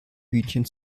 hühnchen